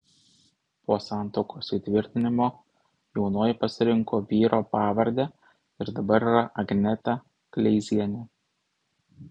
po santuokos įtvirtinimo jaunoji pasirinko vyro pavardę ir dabar yra agneta kleizienė